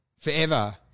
forever